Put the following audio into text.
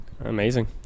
Amazing